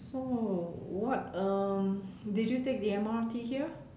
so what um did you take the M_R_T here